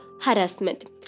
harassment